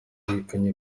ikerekana